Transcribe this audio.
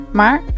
maar